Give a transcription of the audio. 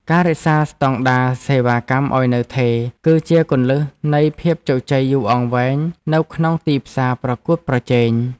ការរក្សាស្តង់ដារសេវាកម្មឱ្យនៅថេរ គឺជាគន្លឹះនៃភាពជោគជ័យយូរអង្វែងនៅក្នុងទីផ្សារប្រកួតប្រជែង។